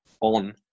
on